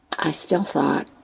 i still thought,